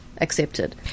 accepted